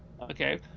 okay